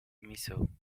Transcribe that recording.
missile